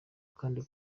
kandi